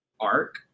arc